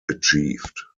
achieved